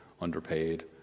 underpaid